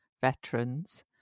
veterans